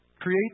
create